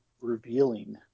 revealing